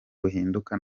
buhinduka